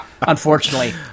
unfortunately